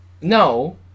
No